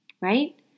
right